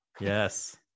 Yes